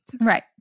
Right